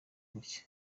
gutya